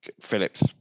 Phillips